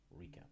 recap